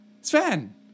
Sven